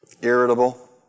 irritable